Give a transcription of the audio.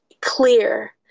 clear